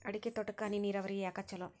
ಅಡಿಕೆ ತೋಟಕ್ಕ ಹನಿ ನೇರಾವರಿಯೇ ಯಾಕ ಛಲೋ?